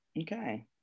Okay